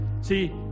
See